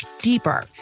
deeper